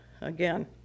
again